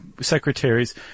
secretaries